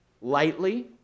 lightly